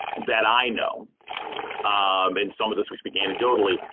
that i know um in some of this we speak anecdotally,